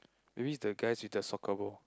maybe it's the guys with the soccer ball